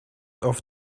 auf